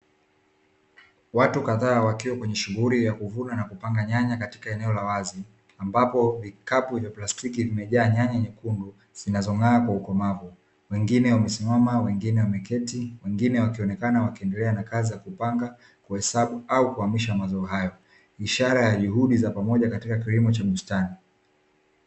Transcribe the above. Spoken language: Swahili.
Watu kadhaa wakiwa katika shughuli ya kuvuna na kupanga nyanya katika eneo la wazi ambapo vikapu vya plastiki vimjaa nyanya nyukundu zinazong'aa kwa ukomavu wengine wamesimama wengine wameketi wengine wakionekana wanaendelea na kazi za kupanga, kuhesabu au kuhamisha mazao hayo ishara ya juhudi za pamoja katika kilimo cha bustani.